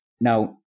Now